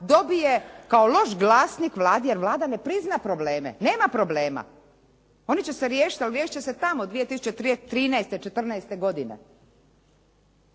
dobije kao loš glasnik Vladi, jer Vlada ne prizna probleme. Nema problema. Oni će se riješiti, ali riješiti će se tamo 2013., 2014. godine.